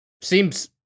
seems